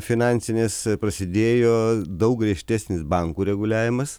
finansinės prasidėjo daug griežtesnis bankų reguliavimas